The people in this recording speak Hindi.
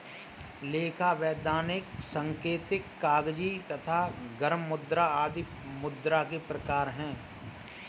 लेखा, वैधानिक, सांकेतिक, कागजी तथा गर्म मुद्रा आदि मुद्रा के प्रकार हैं